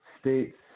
states